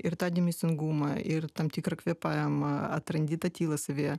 ir tą dėmesingumą ir tam tikrą kvėpavimą atrandi tą tylą savyje